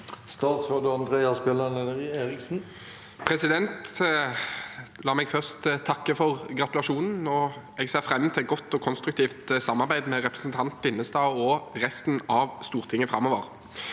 Statsråd Andreas Bjelland Eriksen La meg først takke for gratulasjonen. Jeg ser fram til godt og konstruktivt samarbeid med representanten Linnestad og resten av Stortinget framover.